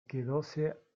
quedóse